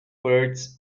birds